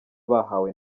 bahawe